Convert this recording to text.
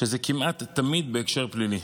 שזה כמעט תמיד בהקשר פלילי,